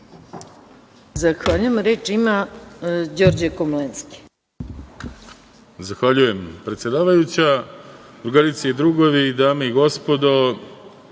Zahvaljujem. Reč ima Đorđe Komlenski.